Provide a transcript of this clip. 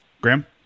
Graham